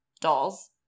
dolls